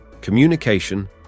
communication